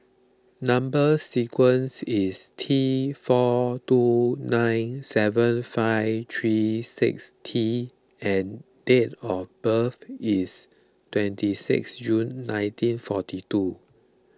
Number Sequence is T four two nine seven five three six T and date of birth is twenty six June nineteen forty two